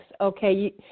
okay